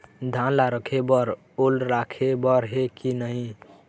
धान ला रखे बर ओल राखे बर हे कि नई?